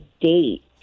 date